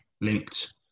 linked